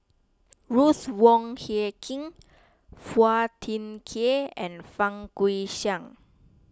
Ruth Wong Hie King Phua Thin Kiay and Fang Guixiang